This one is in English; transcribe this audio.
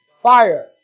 fire